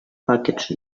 package